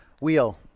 Wheel